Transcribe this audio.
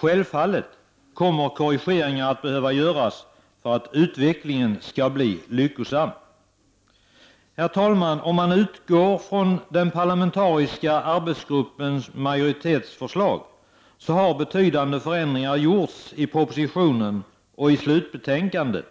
Korrigeringar kommer självfallet att behöva göras för att utvecklingen skall bli lyckosam. Herr talman! I förhållande till den parlamentariska arbetsgruppens majoritetsförslag, har betydande förändringar föreslagits i propositionen och i det betänkande som